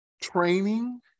training